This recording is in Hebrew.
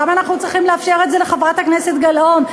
למה אנחנו צריכים לאפשר את זה לחברת הכנסת גלאון?